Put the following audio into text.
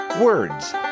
words